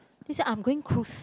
this year I'm going cruise